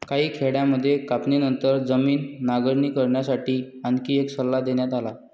काही खेड्यांमध्ये कापणीनंतर जमीन नांगरणी करण्यासाठी आणखी एक सल्ला देण्यात आला